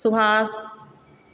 Subhash